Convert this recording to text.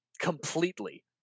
completely